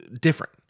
different